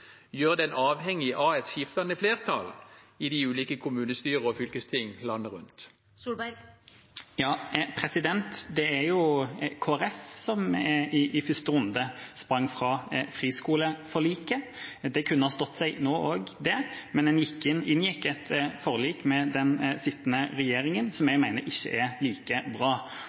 den avhengig av et skiftende flertall i de ulike kommunestyrer og fylkesting landet rundt? Det var jo Kristelig Folkeparti som i første runde sprang fra friskoleforliket. Det kunne ha stått seg nå også, men en inngikk et forlik med den sittende regjeringen som jeg mener ikke er like bra.